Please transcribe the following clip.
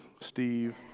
Steve